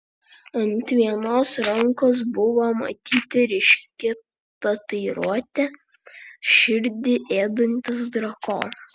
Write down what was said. ant vienos rankos buvo matyti ryški tatuiruotė širdį ėdantis drakonas